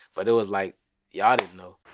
but it was like y'all didn't know.